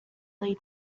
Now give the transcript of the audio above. lay